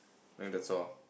I think that's all